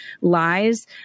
lies